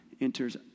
enters